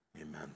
Amen